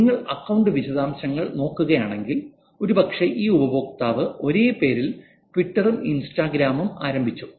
നിങ്ങൾ അക്കൌണ്ട് വിശദാംശങ്ങൾ നോക്കുകയാണെങ്കിൽ ഒരുപക്ഷേ ഈ ഉപയോക്താവ് ഒരേ പേരിൽ ട്വിറ്ററും ഇൻസ്റ്റാഗ്രാമും ആരംഭിച്ചു